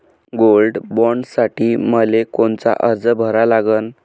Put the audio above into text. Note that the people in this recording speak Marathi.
गोल्ड बॉण्डसाठी मले कोनचा अर्ज भरा लागन?